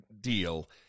deal